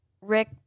Rick